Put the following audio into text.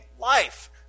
Life